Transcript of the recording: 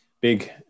big